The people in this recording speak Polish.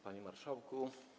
Panie Marszałku!